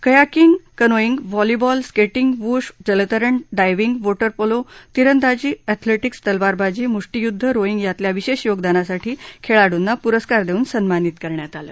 kayaking canoeing volleyball skating wushu जलतरण diving वॉंडे polo तिरंदाबाजी अध्येलिंक्स तलवारबाजी मुष्टीयुद्ध रोईंग यातल्या विशेष योगदानासाठी खेळाडूंना पुरस्कार देऊन सन्मानित करण्यात आलं